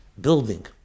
Building